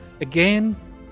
Again